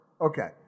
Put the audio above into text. Okay